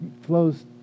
flows